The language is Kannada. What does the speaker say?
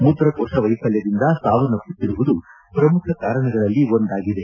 ಮೂತ್ರಕೋಶ ವೈಫಲ್ಯದಿಂದ ಸಾವನ್ನಪುತ್ತಿರುವುದು ಪ್ರಮುಖ ಕಾರಣಗಳಲ್ಲಿ ಒಂದಾಗಿದೆ